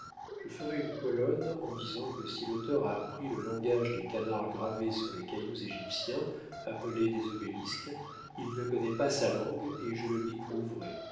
je ferai une colonne en disant que si l'auteur a appris le langage des canards gravés sur les cailloux égyptiens appelés des obélisques il ne connaît pas sa langue et je le lui prouverai